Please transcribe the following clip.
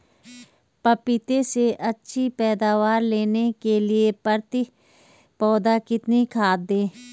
पपीते से अच्छी पैदावार लेने के लिए प्रति पौधा कितनी खाद दें?